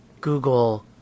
Google